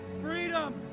freedom